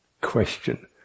question